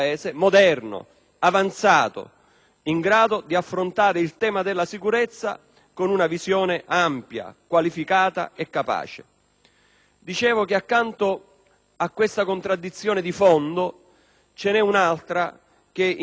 in grado di affrontare il tema della sicurezza con una visione ampia, qualificata e capace. Dicevo che accanto a questa contraddizione di fondo ce n'è un'altra di tipo pratico‑operativa: